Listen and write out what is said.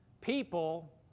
People